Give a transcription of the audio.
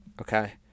Okay